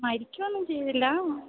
മരിക്കുകയൊന്നും ചെയ്തില്ല